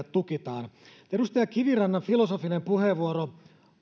tukitaan edustaja kivirannan filosofinen puheenvuoro